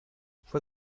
fue